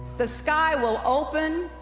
the sky will open.